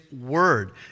word